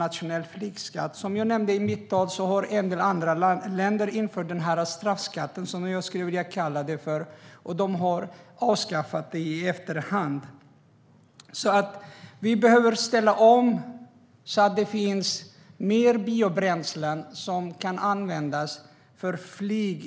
Som jag nämnde i mitt anförande har även andra länder infört den här straffskatten, som jag vill kalla den, men de har efter hand avskaffat den. I stället för att beskatta flyget med flygskatter behöver vi ställa om så att det finns mer biobränslen som kan användas för flyg.